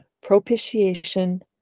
propitiation